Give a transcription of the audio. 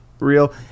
real